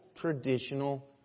traditional